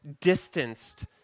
distanced